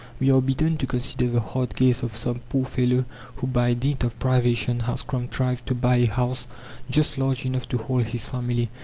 we are bidden to consider the hard case of some poor fellow who by dint of privation has contrived to buy a house just large enough to hold his family.